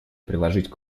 приложить